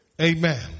Amen